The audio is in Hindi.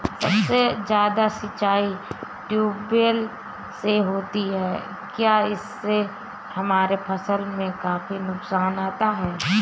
सबसे ज्यादा सिंचाई ट्यूबवेल से होती है क्या इससे हमारे फसल में काफी नुकसान आता है?